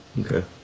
Okay